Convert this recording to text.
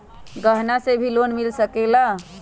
गहना से भी लोने मिल सकेला?